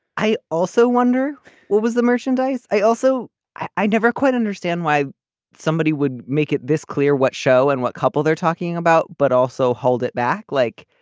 i also wonder what was the merchandise i also i never quite understand why somebody would make it this clear what show and what couple they're talking about but also hold it back like